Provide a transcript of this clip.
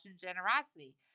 generosity